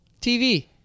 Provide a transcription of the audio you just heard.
TV